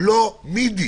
שום דבר,